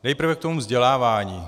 Nejprve k tomu vzdělávání.